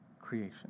creation